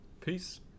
Peace